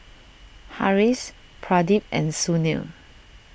Haresh Pradip and Sunil